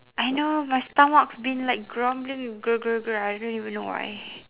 I know my stomach's been like grumbling grr grr grr I don't even know why